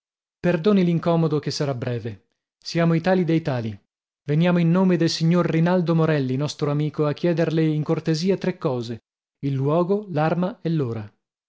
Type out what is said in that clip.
forma perdoni l'incomodo che sarà breve siamo i tali dei tali veniamo in nome del signor rinaldo morelli nostro amico a chiederle in cortesia tre cose il luogo l'arma e l'ora